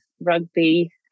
rugby